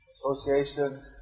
Association